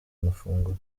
amafunguro